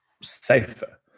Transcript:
safer